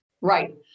Right